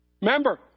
remember